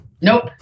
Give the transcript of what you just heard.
Nope